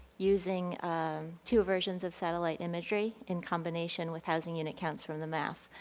using two versions of satellite imagery in combination with housing unit counts from the math.